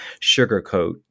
sugarcoat